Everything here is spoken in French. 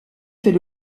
fait